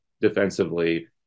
defensively